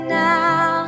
now